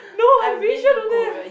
no I'm pretty sure don't have